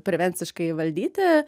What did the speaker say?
prevenciškai valdyti